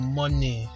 money